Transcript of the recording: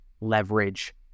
leverage